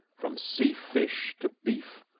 from sea-fish to beef,